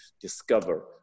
discover